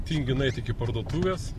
tingi nueit iki parduotuvės